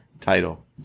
title